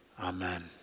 Amen